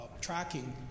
tracking